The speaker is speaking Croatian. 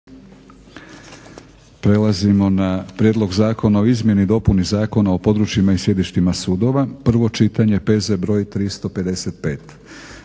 Prelazimo na - Prijedlog zakona o izmjeni i dopuni Zakona o područjima i sjedištima sudova, prvo čitanje, P.Z. br. 355